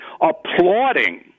applauding